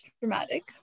dramatic